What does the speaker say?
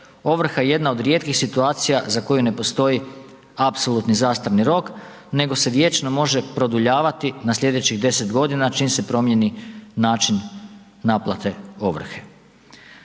ovrha jedna od rijetkih situacija za koju ne postoji apsolutni zastarni rok, nego se vječno može produljavati na slijedećih 10 godina čim se promjeni način naplate ovrhe.